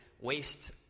waste